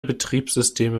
betriebssysteme